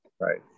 Right